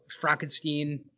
frankenstein